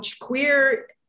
queer